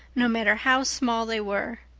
no matter how small they were.